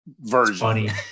version